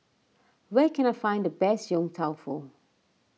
where can I find the best Yong Tau Foo